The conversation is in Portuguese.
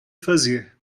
fazer